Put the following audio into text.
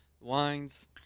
wines